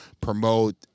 promote